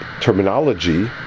terminology